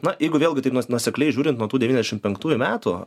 na jeigu vėlgi taip nuosekliai žiūrint nuo tų devyniasdešim penktųjų metų